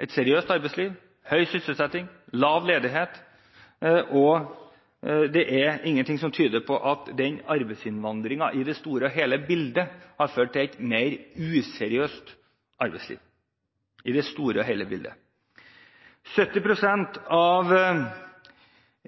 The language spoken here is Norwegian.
et seriøst arbeidsliv, høy sysselsetting og lav ledighet. Det er ingenting i det store og hele bildet som tyder på at arbeidsinnvandringen har ført til et mer useriøst arbeidsliv. 70 pst. av